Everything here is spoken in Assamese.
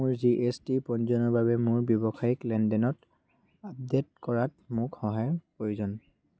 মোৰ জি এছ টি পঞ্জীয়নৰ বাবে মোৰ ব্যৱসায়িক লেনদেনত আপডেট কৰাত মোক সহায়ৰ প্ৰয়োজন